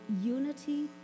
unity